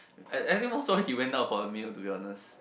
I I think most probably he went down for a meal to be honest